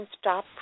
stop